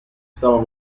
stava